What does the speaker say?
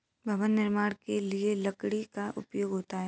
भवन निर्माण के लिए लकड़ी का उपयोग होता है